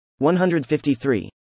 153